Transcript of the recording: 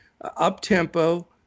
up-tempo